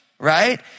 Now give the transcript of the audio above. right